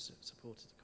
supported